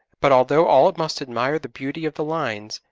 but although all must admire the beauty of the lines,